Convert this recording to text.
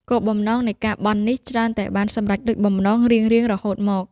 គោលបំណងនៃការបន់នេះច្រើនតែបានសម្រេចដូចបំណងរៀងៗរហូតមក ។